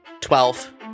Twelve